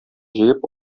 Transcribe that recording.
җыеп